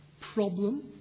problem